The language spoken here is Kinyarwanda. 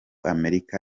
amerika